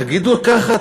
תגידו ככה,